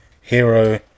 Hero